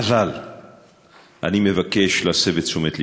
אבל אני מבקש להסב את תשומת לבכם: